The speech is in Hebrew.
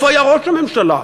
איפה היה ראש הממשלה?